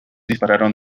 dispararon